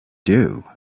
due